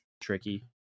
Tricky